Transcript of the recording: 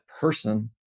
person